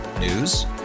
News